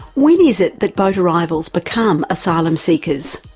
when is it that boat arrivals become asylum seekers?